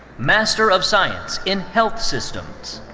master of science in health systems.